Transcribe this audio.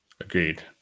agreed